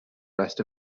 rest